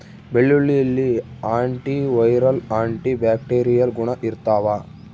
ಬೆಳ್ಳುಳ್ಳಿಯಲ್ಲಿ antiviral antibacterial ಗುಣ ಇರ್ತಾವ